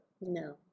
No